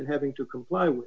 and having to comply with